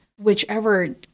whichever